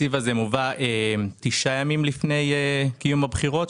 התקציב הזה מובא 9 ימים לפני קיום הבחירות.